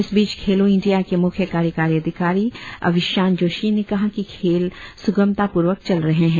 इस बीच खेलों इंडिया के मुख्य कार्यकारी अधिकारी अविशान जोशी ने कहा कि खेल सुगमतापूर्वक चल रहे हैं